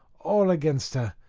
all against her,